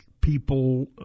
people